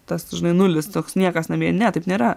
tas žinai nulis toks niekas namie ne taip nėra